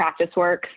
PracticeWorks